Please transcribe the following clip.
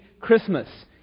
Christmas